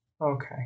Okay